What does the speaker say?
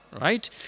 right